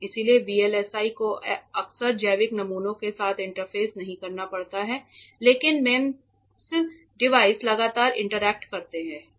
इसलिए VLSI को अक्सर जैविक नमूनों के साथ इंटरफेस नहीं करना पड़ता है लेकिन मेम्स डिवाइस लगातार इंटरैक्ट करते हैं